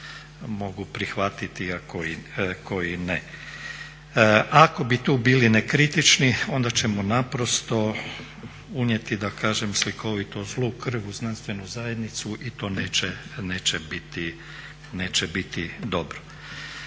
mogu prihvatiti a koji ne. Ako bi tu bili nekritični onda ćemo naprosto unijeti da kažem slikovito zlu krv u znanstvenu zajednicu i to neće biti dobro.